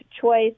choice